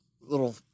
little